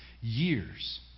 years